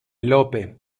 lope